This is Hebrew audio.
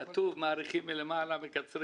כתוב: מאריכים מלמעלה, מקצרים